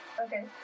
Okay